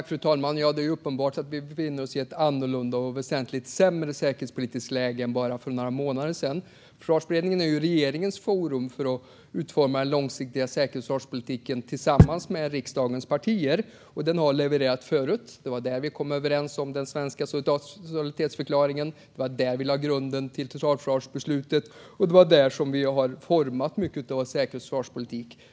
Fru talman! Det är uppenbart att vi befinner oss i ett annorlunda och väsentligt sämre säkerhetspolitiskt läge än för bara några månader sedan. Försvarsberedningen är ju regeringens forum för att utforma den långsiktiga säkerhets och försvarspolitiken tillsammans med riksdagens partier. Den har levererat förut - det var där vi kom överens om den svenska solidaritetsförklaringen, det var där vi lade grunden för totalförsvarsbeslutet och det är där som vi har format mycket av vår säkerhets och försvarspolitik.